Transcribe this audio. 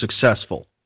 successful